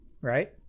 right